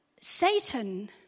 Satan